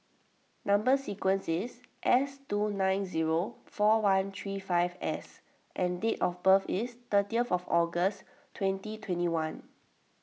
Number Sequence is S two nine zero four one three five S and date of birth is thirty of August twenteen twenty one